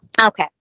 Okay